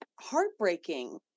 heartbreaking